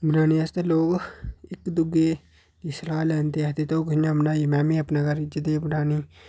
बनाने आस्तै लोग इक दूए गी सलाह् लैंदे आखदे तूं कि'यां बनाई में बी अपने घर इ'यै नेही बनानी